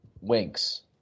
Winks